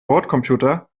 bordcomputer